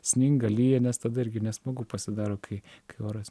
sninga lyja nes tada irgi nesmagu pasidaro kai kai oras